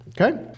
okay